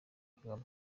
kagame